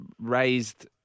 raised